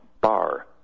bar